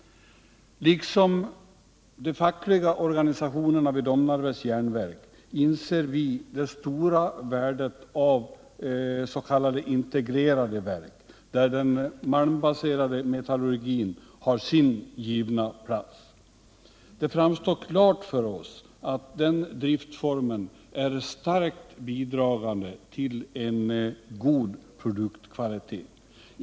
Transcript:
Liksom de fackliga organisationerna vid Domnarvets Jernverk inser vi det stora värdet av s.k. integrerade verk, där den malmbaserade metallurgin har sin givna plats. Det framstår klart för oss att den driftformen är starkt bidragande till en god produktkvalitet.